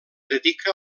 dedica